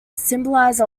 symbolize